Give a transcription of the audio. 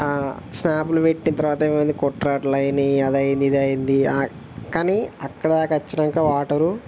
ఆ స్న్యాపూలు పెట్టిన తరువాత ఏమైంది కొట్రాటలయినయి అదయ్యింది ఇదయ్యింది ఆ కానీ అక్కడదాక వచ్చినాకా వాటరు